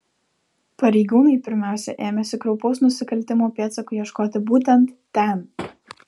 pareigūnai pirmiausia ėmėsi kraupaus nusikaltimo pėdsakų ieškoti būtent ten